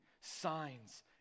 signs